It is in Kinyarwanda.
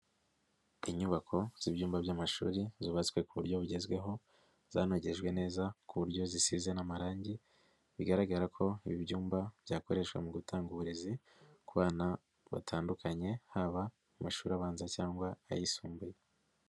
Inyubako z'ibyumba by'amashuri zubatswe ku buryo bugezweho, zanagejwe neza ku buryo zisize n'amarangi, bigaragara ko ibi byumba byakoreshwa mu gutanga uburezi ku bana batandukanye, haba amashuri abanza cyangwa ayisumbuye.